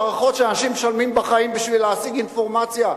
מערכות שאנשים שמשלמים בחיים בשביל להשיג אינפורמציה,